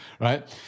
right